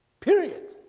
period